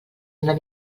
una